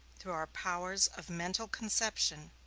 through our powers of mental conception,